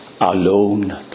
alone